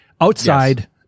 outside